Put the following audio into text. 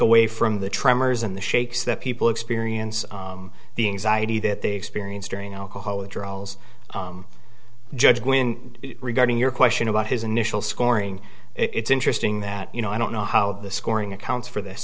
away from the tremors and the shakes that people experience the anxiety that they experience during alcohol withdrawals judge when regarding your question about his initial scoring it's interesting that you know i don't know how the scoring accounts for this